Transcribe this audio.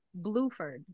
blueford